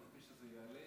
אני מבקש שזה יעלה,